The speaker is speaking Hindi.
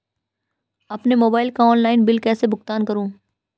अपने मोबाइल का ऑनलाइन बिल कैसे भुगतान करूं?